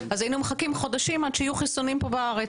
היינו מחכים חודשים עד שיהיו חיסונים פה בארץ.